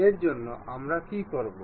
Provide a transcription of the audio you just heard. এর জন্য আমরা কী করব